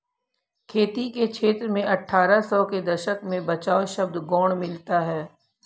खेती के क्षेत्र में अट्ठारह सौ के दशक में बचाव शब्द गौण मिलता है